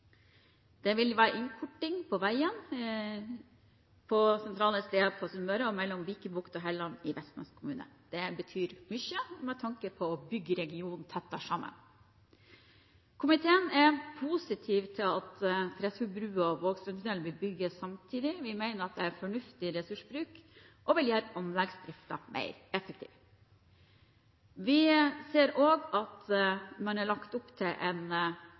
Det vil være innkorting av veien på sentrale steder på Sunnmøre og mellom Vikebukt og Helland i Vestnes kommune. Det betyr mye med tanke på å bygge regionen tettere sammen. Komiteen er positiv til at Tresfjordbrua og Vågstrandstunnelen blir bygget samtidig. Vi mener det er fornuftig ressursbruk og vil gjøre anleggsdriften mer effektiv. Vi ser også at man har lagt opp til en